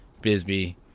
Bisbee